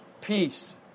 Peace